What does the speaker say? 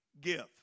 give